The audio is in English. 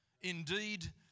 Indeed